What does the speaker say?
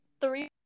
three